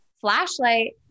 flashlight